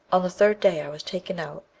on the third day i was taken out,